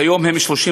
כיום הם 35%,